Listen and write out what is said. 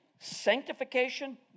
Sanctification